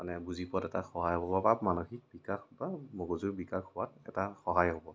মানে বুজি পোৱাত এটা সহায় হ'ব বা মানসিক বিকাশ বা মগজুৰ বিকাশ হোৱাত এটা সহায় হ'ব